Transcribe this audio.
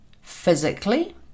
physically